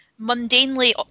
mundanely